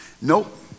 Nope